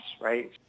right